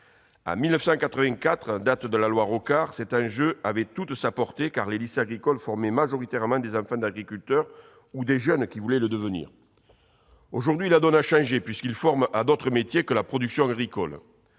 En 1984, date de la loi Rocard, cet enjeu avait toute sa portée, car les lycées agricoles formaient majoritairement des enfants d'agriculteurs ou des jeunes qui voulaient le devenir. Aujourd'hui, la donne a changé puisqu'ils forment à d'autres métiers que la production agricole.